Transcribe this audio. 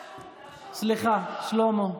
סליחה, שלמה.